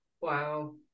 Wow